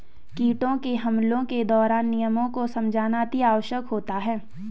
कीटों के हमलों के दौरान नियमों को समझना अति आवश्यक होता है